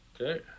Okay